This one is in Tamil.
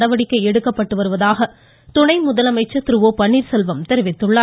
நடவடிக்கை எடுக்கப்பட்டு வருவதாக துணை முதலமைச்சர் திரு ஒ பன்னீர் செல்வம் தெரிவித்துள்ளார்